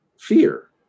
Fear